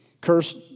Cursed